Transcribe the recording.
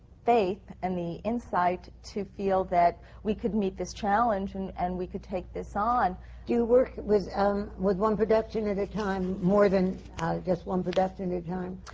faith and the insight to feel that we could meet this challenge and and we could take this on. do you work with um with one production at a time or more than just one production at a time?